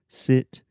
sit